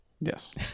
yes